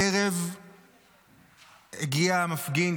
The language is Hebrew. הערב הגיע מפגין,